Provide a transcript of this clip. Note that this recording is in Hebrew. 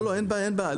אין בעיה.